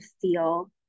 feel